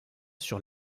sur